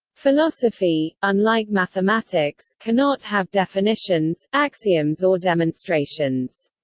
philosophy, unlike mathematics, cannot have definitions, axioms or demonstrations.